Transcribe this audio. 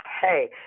Hey